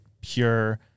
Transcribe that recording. pure